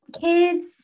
kids